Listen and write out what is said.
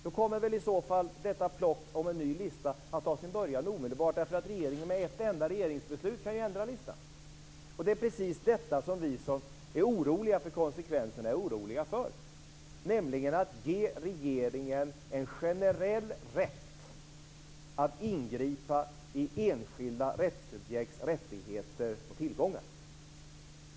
Då kommer väl i så fall detta plock med en ny lista att ta sin början omedelbart eftersom regeringen ju med ett enda regeringsbeslut kan ändra listan. Det är precis konsekvenserna av detta som vi är oroliga för, nämligen att ge regeringen en generell rätt att ingripa i enskilda rättssubjekts rättigheter och tillgångar.